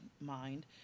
mind